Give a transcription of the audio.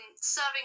serving